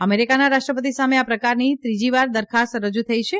અમેરિકાના રાષ્ટ્રપતિ સામે આ પ્રકારની ત્રીજીવાર દરખાસ્ત રજૂ થઇ છે